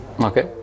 Okay